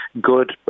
good